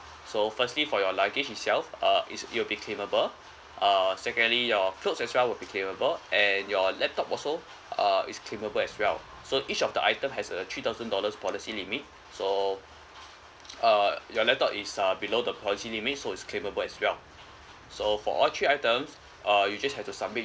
so firstly for your luggage itself uh it's it'll be claimable uh secondly your clothes as well will be claimable and your laptop also uh is claimable as well so each of the item has a three thousand dollars policy limit so uh your laptop is uh below the policy limit so it's claimable as well so for all three items uh you just have to submit